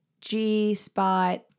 G-spot